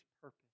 purpose